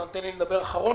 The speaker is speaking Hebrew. אתה נותן לי לדבר אחרון,